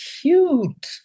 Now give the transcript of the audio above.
cute